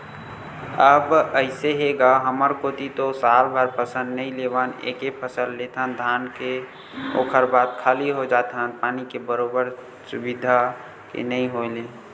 अब अइसे हे गा हमर कोती तो सालभर फसल नइ लेवन एके फसल लेथन धान के ओखर बाद खाली हो जाथन पानी के बरोबर सुबिधा के नइ होय ले